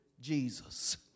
Jesus